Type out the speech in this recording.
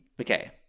Okay